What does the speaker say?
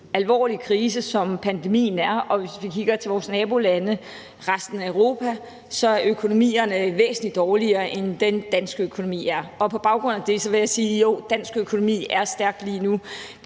alvorlig krise, som pandemien er, og hvis vi kigger til vores nabolande og resten af Europa, er økonomierne væsentlig dårligere, end den danske økonomi er. På baggrund af det vil jeg sige: Jo, dansk økonomi er stærk lige nu.